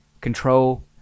control